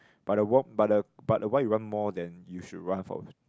but the walk but the but the why you want more than you should run for